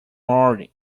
worry